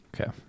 Okay